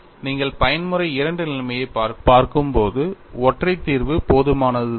நீங்கள் பயன்முறை II நிலைமையைப் பார்க்கும்போது ஒற்றை தீர்வு போதுமானது தானே